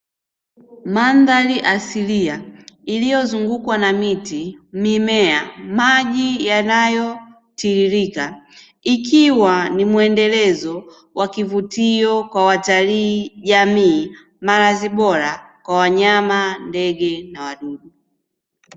Mandhari asilia iliyozungukwa na miti, mimea, maji yanayotiririka, ikiwa ni mwendelezo wa kivutio kwa watalii, jamii, malazi bora kwa wanyama, ndege na wadudu.